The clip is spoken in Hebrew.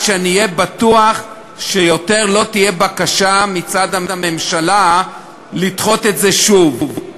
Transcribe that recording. שאהיה בטוח שלא תהיה בקשה מצד הממשלה לדחות את זה שוב.